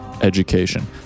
education